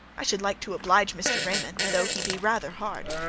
i should like to oblige mr. raymond, though he be rather hard,